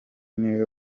niwe